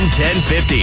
1050